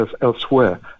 elsewhere